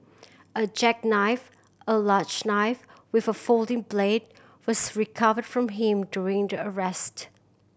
a jackknife a large knife with a folding blade was recovered from him during the arrest